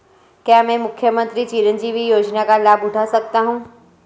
क्या मैं मुख्यमंत्री चिरंजीवी योजना का लाभ उठा सकता हूं?